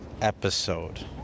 episode